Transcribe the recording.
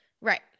Right